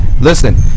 Listen